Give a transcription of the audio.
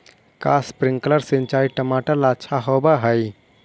का स्प्रिंकलर सिंचाई टमाटर ला अच्छा होव हई?